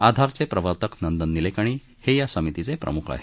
आधारचे प्रवर्तक नंदन निलेकाणी हे या समितीचे प्रमुख आहेत